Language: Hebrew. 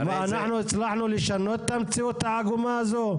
אנחנו הצלחנו לשנות את המציאות העגומה הזאת?